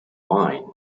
wine